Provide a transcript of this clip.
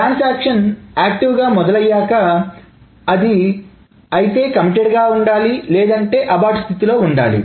transaction active గా మొదలయ్యాక అది అయితే కమిటెడ్ గా ఉండాలి లేదంటే అబార్ట్ స్థితిలో ఉండాలి